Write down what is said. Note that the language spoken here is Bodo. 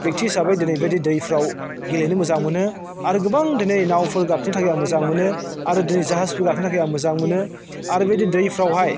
बेक्ति हिसाबै दिनै बेबायदि दैफ्राव गेलेनो मोजां मोनो आरो गोबां दिनै नावफोर गाखोनो थाखाय आं मोजां मोनो आरो दिनै जाहाजबो गाखोनो थाखाय आं मोजां मोनो आरो बेबायदि दैफोरावहाय